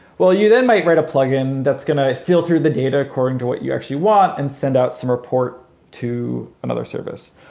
well, you then might write a plugin that's going to fill through the data according to what you actually want and send out some report to another service,